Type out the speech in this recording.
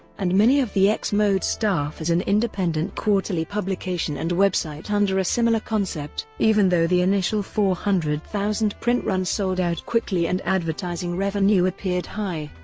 and many of the ex-mode staff as an independent quarterly publication and website under a similar concept. even though the initial four hundred thousand print run sold out quickly and advertising revenue appeared high,